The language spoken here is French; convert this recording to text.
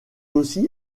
aussi